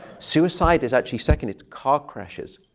suicide is actually second. it's car crashes.